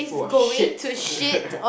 full of shit